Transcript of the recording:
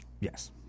Yes